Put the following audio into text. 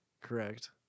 Correct